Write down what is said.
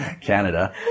canada